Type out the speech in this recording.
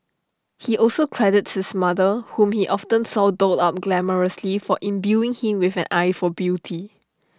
he also credits his mother whom he often saw dolled up glamorously for imbuing him with an eye for beauty